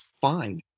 fine